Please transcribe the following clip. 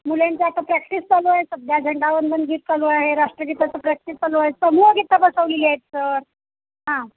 मुलींचा आता प्रॅक्टिस चालू आहे सध्या झेंडावंदन गीत चालू आहे राष्ट्रगीताची प्रॅक्टिस चालू आहे समुहगीतं बसवली आहेत सर हां